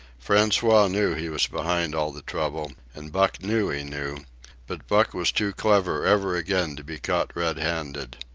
francois knew he was behind all the trouble, and buck knew he knew but buck was too clever ever again to be caught red-handed.